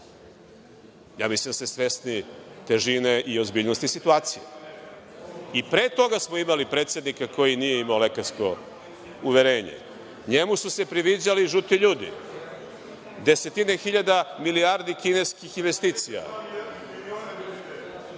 Ja mislim da ste svesni težine i ozbiljnosti situacije.I pre toga smo imali predsednika koji nije imao lekarsko uverenje. NJemu su se priviđali žuti ljudi, desetine hiljada milijardi kineskih investicija,